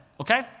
okay